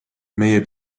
meie